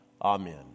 amen